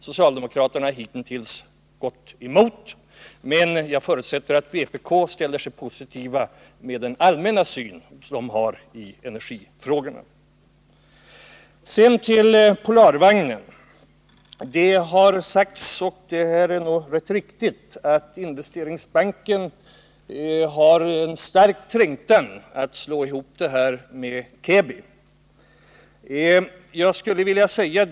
Socialdemokraterna har hitintills gått emot det här, men jag förutsätter att vpk ställer sig positivt med den allmänna syn partiet har på energifrågorna. Sedan till Polarvagnen. Det har sagts, och det är nog riktigt, att Investeringsbanken har en stark trängtan att slå ihop detta företag med Cabby.